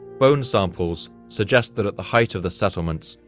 bone samples suggest that at the height of the settlements,